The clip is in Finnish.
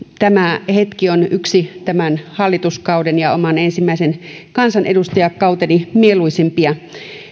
tämä hetki on yksi tämän hallituskauden ja oman ensimmäisen kansanedustajakauteni mieluisimpia